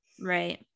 Right